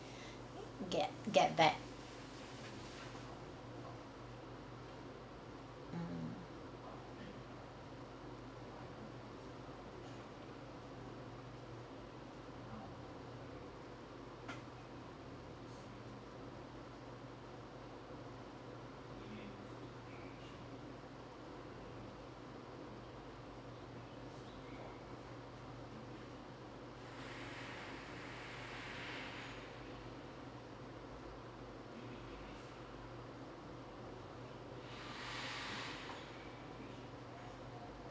get get back mm